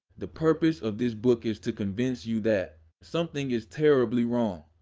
the purpose of this book is to convince you that something is terribly wrong.